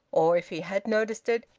or, if he had noticed it,